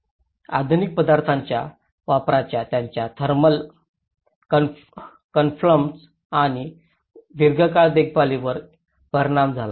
आधुनिक पदार्थांच्या वापराचा त्यांच्या थर्मल कम्फर्ट्स आणि दीर्घकाळ देखभालीवर परिणाम झाला